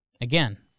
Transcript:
Again